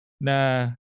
na